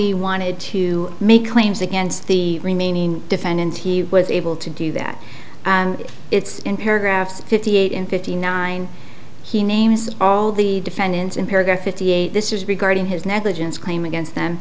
e wanted to make claims against the remaining defendants he was able to do that and it's in paragraphs fifty eight and fifty nine he names all the defendants in paragraph fifty eight this is regarding his negligence claim against